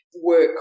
work